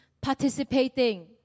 participating